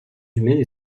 humaines